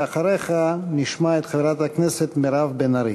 ואחריך נשמע את חברת הכנסת מירב בן ארי.